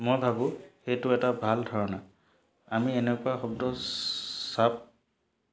মই ভাবো সেইটো এটা ভাল ধাৰণা আমি এনেকুৱা শব্দ চাব